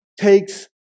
takes